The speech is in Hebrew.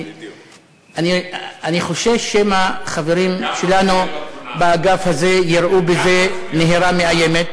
אני חושש שמא חברים שלנו באגף הזה יראו בזה נהירה מאיימת.